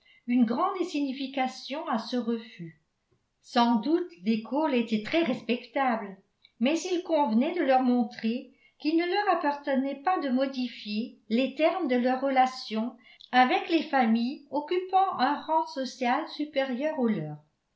une grande signification à ce refus sans doute les cole étaient très respectables mais il convenait de leur montrer qu'il ne leur appartenait pas de modifier les termes de leurs relations avec les familles occupant un rang social supérieur au leur